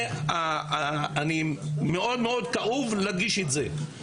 אני מאוד מאוד כאוב להדגיש את זה.